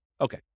Okay